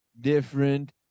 different